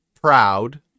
proud